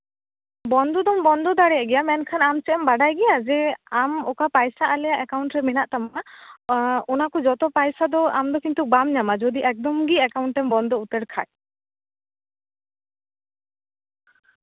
ᱵᱚᱱᱫᱚ ᱫᱚᱢ ᱵᱚᱱᱫᱚ ᱫᱟᱲᱮᱭᱟᱜ ᱜᱮᱭᱟ ᱢᱮᱱᱠᱷᱟᱱ ᱟᱢ ᱪᱮᱫ ᱮᱢ ᱵᱟᱰᱟᱭ ᱜᱮᱭᱟ ᱡᱮ ᱟᱢ ᱚᱠᱟ ᱯᱟᱭᱥᱟ ᱟᱞᱮᱭᱟᱜ ᱮᱠᱟᱣᱩᱱᱴ ᱨᱮ ᱢᱮᱱᱟᱜ ᱛᱟᱢᱟ ᱚᱱᱟ ᱠᱚ ᱡᱚᱛᱚ ᱯᱟᱭᱥᱟ ᱫᱚ ᱠᱤᱱᱛᱩ ᱟᱢ ᱫᱚ ᱵᱟᱢ ᱧᱟᱢᱟ ᱡᱩᱫᱤ ᱮᱠᱫᱚᱢ ᱜᱮ ᱮᱠᱟᱣᱩᱱᱴᱮᱢ ᱵᱚᱱᱫᱚ ᱩᱛᱟᱹᱨ ᱠᱷᱟᱡ